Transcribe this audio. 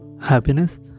happiness